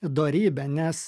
dorybe nes